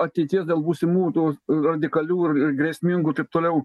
ateities dėl būsimų tų radikalių ir ir grėsmingų taip toliau